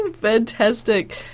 Fantastic